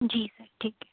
जी sir ठीक है